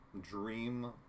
dream